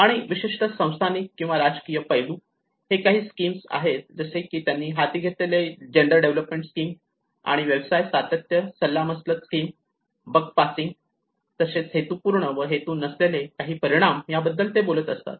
आणि विशिष्ट संस्थानिक किंवा राजकीय पैलू हे काही स्कीम जसे की त्यांनी हाती घेतलेले जेंडर डेव्हलपमेंट स्किम आणि व्यवसाय सातत्य सल्लामसलत स्कीम आणि बक पासिंग तसेच हेतूपूर्ण व हेतू नसलेले काही परिणाम याबद्दल ते बोलत असतात